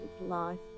life